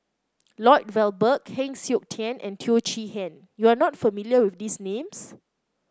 Lloyd Valberg Heng Siok Tian and Teo Chee Hean you are not familiar with these names